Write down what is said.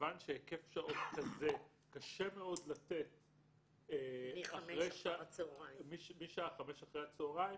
ומכיוון שהיקף שעות כזה קשה מאוד לתת משעה 17:00 אחר הצהרים,